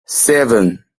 seven